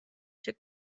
took